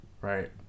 Right